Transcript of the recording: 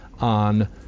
on